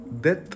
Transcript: death